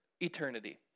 eternity